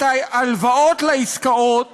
"את ההלוואות לעסקאות